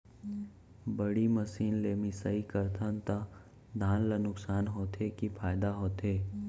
बड़ी मशीन ले मिसाई करथन त धान ल नुकसान होथे की फायदा होथे?